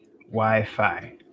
Wi-Fi